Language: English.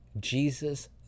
Jesus